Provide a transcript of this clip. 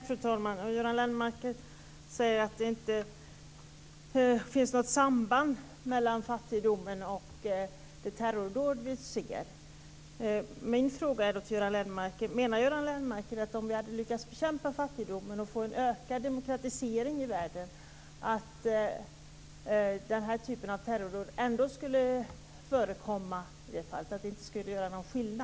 Fru talman! Göran Lennmarker säger att det inte finns något samband mellan fattigdomen och de terrordåd vi ser. Menar Göran Lennmarker att denna typ av terrordåd ändå skulle förekomma och att det inte skulle göra någon skillnad om vi hade lyckats bekämpa fattigdomen och få en ökad demokratisering?